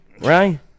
right